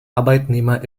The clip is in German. arbeitnehmer